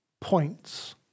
points